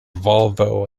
volvo